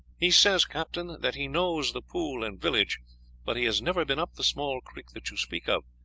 he says, captain, that he knows the pool and village but he has never been up the small creek that you speak of.